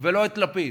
ולא את לפיד.